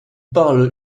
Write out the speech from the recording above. parlent